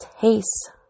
taste